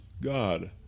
God